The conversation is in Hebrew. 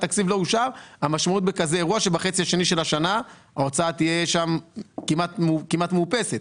המשמעות תהיה שבחצי השני של השנה ההוצאה תהיה כמעט מאופסת.